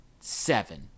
seven